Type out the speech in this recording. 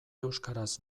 euskaraz